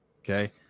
Okay